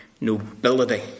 nobility